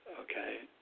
Okay